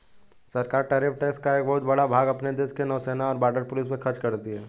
सरकार tariff tax का एक बहुत बड़ा भाग अपने देश के नौसेना और बॉर्डर पुलिस पर खर्च करती हैं